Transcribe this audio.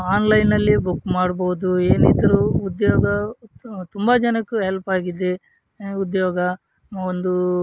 ಆನ್ಲೈನಲ್ಲಿಯೂ book ಮಾಡ್ಬೋದು ಏನಿದ್ದರೂ ಉದ್ಯೋಗ ತುಂಬ ಜನಕ್ಕೆ ಹೆಲ್ಪಾಗಿದೆ ಉದ್ಯೋಗ ಮ್ ಒಂದು